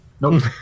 Nope